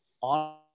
on